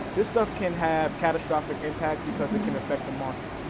this stuff can have catastrophic impact because it can affect the market.